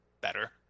better